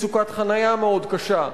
מצוקת חנייה מאוד קשה,